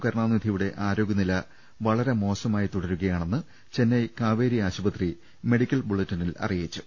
കരുണാനിധിയുടെ ആരോഗൃനില വളരെ മോശമായി തുടരുകയാണെന്ന് ചെന്നൈ കാവേരി ആശുപത്രി മെഡിക്കൽ ബുള്ളിറ്റിനിൽ അറി യിച്ചു